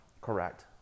Correct